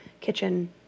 kitchen